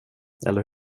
eller